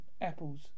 apples